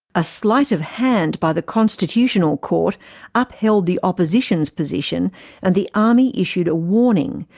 a slight of hand by the constitutional court upheld the opposition's position and the army issued a warning,